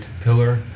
pillar